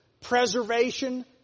Preservation